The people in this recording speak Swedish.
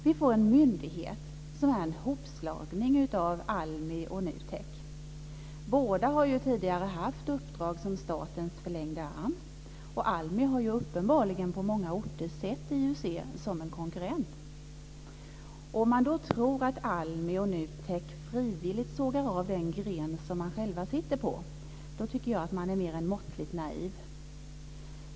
Vi får en myndighet som är en sammanslagning av ALMI och NUTEK. Båda har tidigare haft uppdrag som statens förlängda arm. ALMI har uppenbarligen på många orter sett IUC som en konkurrent. Om man då tror att ALMI och NUTEK frivilligt sågar av den gren som de själva sitter på tycker jag att man är mer än måttligt naiv.